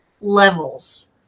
levels